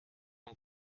een